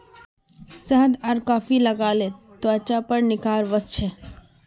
शहद आर कॉफी लगाले त्वचार पर निखार वस छे